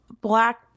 black